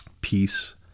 peace